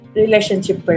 relationship